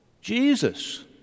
Jesus